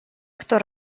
кто